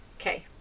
Okay